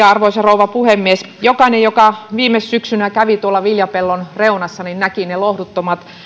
arvoisa rouva puhemies jokainen joka viime syksynä kävi tuolla viljapellon reunassa näki ne lohduttomat